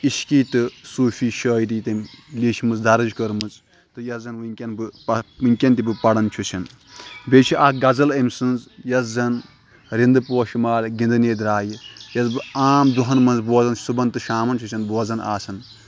عشقی تہٕ صوٗفی شٲعری تٔمۍ لیٚچھمٕژ دَرٕج کٔرمٕژ تہِ یا زَن وٕنۍکٮ۪ن بہٕ پہ وٕنۍکٮ۪ن تہِ پَران چھُس بیٚیہِ چھِ اَکھ غزل أمۍ سٕنٛز یَس زَن رِنٛدٕ پوشہٕ مالہٕ گِنٛدنے درٛایہِ ییٚلہِ بہٕ عام دوٚہَن منٛز بوزان صُبحَن تہٕ شامَن چھُسن بوزان آسان